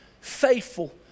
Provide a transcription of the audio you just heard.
Faithful